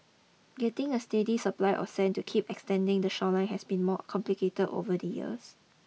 getting a steady supply of sand to keep extending the shoreline has been more complicated over the years